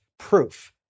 Proof